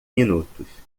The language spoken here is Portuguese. minutos